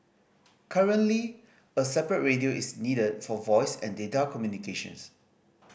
currently a separate radio is needed for voice and data communications